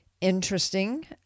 interesting